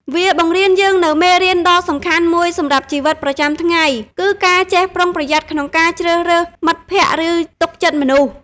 វាបង្រៀនយើងនូវមេរៀនដ៏សំខាន់មួយសម្រាប់ជីវិតប្រចាំថ្ងៃ គឺការចេះប្រុងប្រយ័ត្នក្នុងការជ្រើសរើសមិត្តភ័ក្តិ ឬទុកចិត្តមនុស្ស។